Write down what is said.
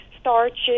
starches